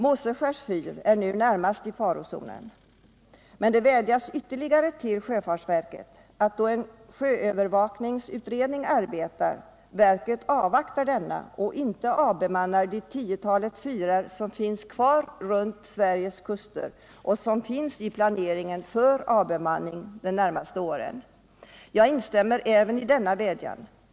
Måseskärs fyr är närmast i farozonen. Det vädjas ytterligare till sjöfartsverket att, då en sjöövervakningsutredning arbetar, verket skall avvakta denna och inte avbemanna det tiotal fyrar som finns kvar runt Sveriges kust och som finns i planeringen för avbemanning de närmaste åren. Jag instämmer även i denna vädjan.